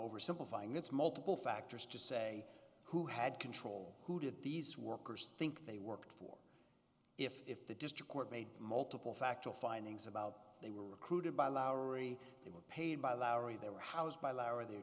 oversimplifying it's multiple factors to say who had control who did these workers think they worked for if the district court made multiple factual findings about they were recruited by lowery they were paid by lowry they were housed by law or their